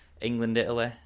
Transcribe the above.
England-Italy